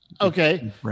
Okay